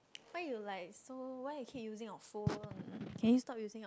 why you like so why you keep using your phone can you stop using your